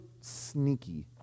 sneaky